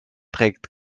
trägt